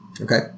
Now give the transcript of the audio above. okay